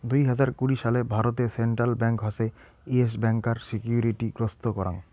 দুই হাজার কুড়ি সালে ভারতে সেন্ট্রাল ব্যাঙ্ক হসে ইয়েস ব্যাংকার সিকিউরিটি গ্রস্ত করাং